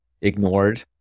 ignored